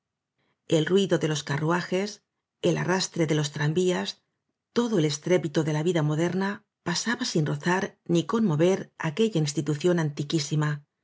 el ruido de los ca rruajes el arrastre de los tranvías todo el estrépito ele la vida moderna ja pasaba sin rozar ni conmover aque lla institución